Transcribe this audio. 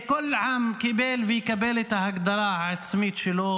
כל עם קיבל ויקבל את ההגדרה העצמית שלו,